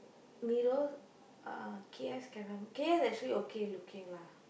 Niru uh K_S cannot K_S actually okay looking lah